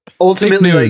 ultimately